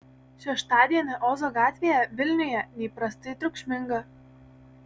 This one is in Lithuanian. šeštadienį ozo gatvėje vilniuje neįprastai triukšminga